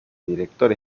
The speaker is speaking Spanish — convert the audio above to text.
director